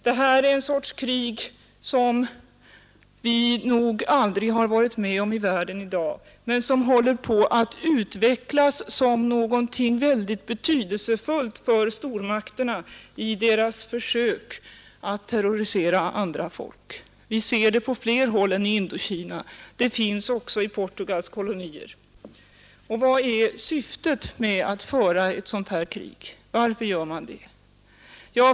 Det här är en sorts krig som vi aldrig förut har varit med om i världen men som håller på att utvecklas som någonting oerhört betydelsefullt för stormakterna i deras försök att terrorisera andra folk. Vi ser det på fler håll än i Indokina. Det finns också i Portugals kolonier. Och vad är syftet med att föra ett sådant här krig, varför gör man det?